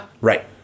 Right